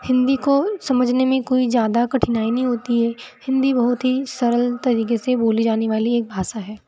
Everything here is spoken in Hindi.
हिन्दी काे समझने में कोई ज़्यादा कठिनाई नहीं होती है हिन्दी बहुत ही सरल तरीके से बोली जाने वाली एक भाषा है